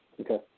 Okay